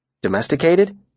Domesticated